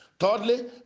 Thirdly